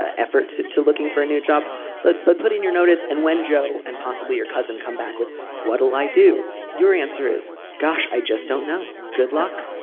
ah effort to to looking for a new job but but put in your notice. and when joe and possibly your cousin come back with what will i do your answer is gosh i just don't know. good luck